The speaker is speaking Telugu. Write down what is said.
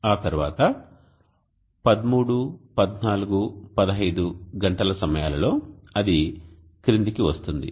ఆ తర్వాత 13 14 15 గంటల సమయాలలో అది క్రిందికి వస్తుంది